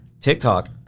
TikTok